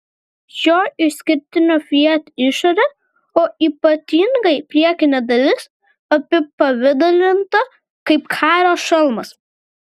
šio išskirtinio fiat išorė o ypatingai priekinė dalis apipavidalinta kaip kario šalmas